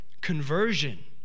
conversion